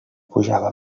pujava